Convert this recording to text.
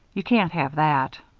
you can't have that.